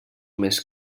més